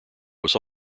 was